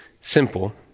simple